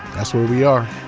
that's where we are.